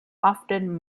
often